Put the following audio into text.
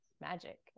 magic